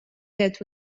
that